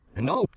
no